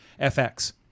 FX